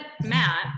matt